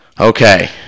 Okay